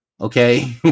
Okay